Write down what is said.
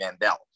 Mandel